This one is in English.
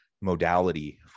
modality